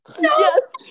Yes